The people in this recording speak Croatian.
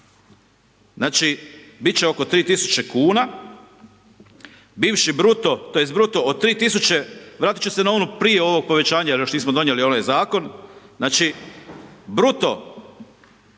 znači, bit će oko 3000 kuna, bivši bruto tj. bruto od 3000, vratit ću se na ono prije ovog povećanja jer još nismo donijeli ovaj zakon, znači bruto